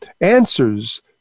answers